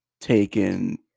taken